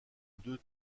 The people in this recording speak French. deux